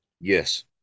yes